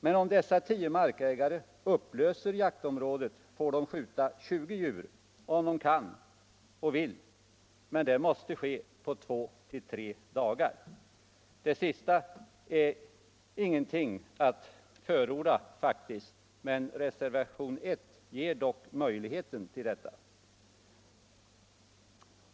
Men om dessa tio markägare upplöser jaktområdet får de skjuta 20 djur, om de kan och vill, men det måste ske på två tre dagar. Det sista är ingenting att förorda, men reservation I ger möjlighet till detta.